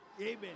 amen